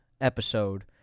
episode